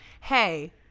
Hey